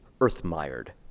earth-mired